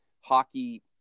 hockey